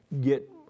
get